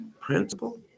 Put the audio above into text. principle